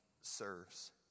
serves